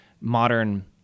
modern